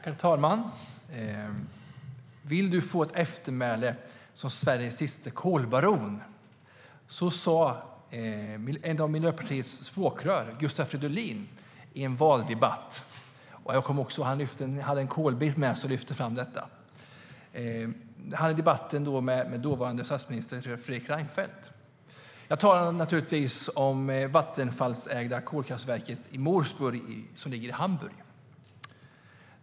Herr talman! Vill du få ett eftermäle som Sveriges sista kolbaron? Så sa ett av Miljöpartiets språkrör, Gustav Fridolin, i en valdebatt. Han hade en kolbit med sig och lyfte fram detta. Han hade debatten med dåvarande statsminister Fredrik Reinfeldt. Jag talar naturligtvis om det Vattenfallsägda kolkraftverket Moorburg, som ligger i Hamburg.